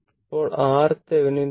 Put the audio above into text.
ഇപ്പോൾ RThevenin 40 Ω